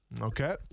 Okay